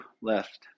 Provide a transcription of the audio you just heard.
left